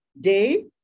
day